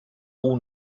all